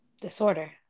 Disorder